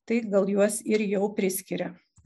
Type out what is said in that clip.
tai gal juos ir jau priskiria